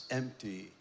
empty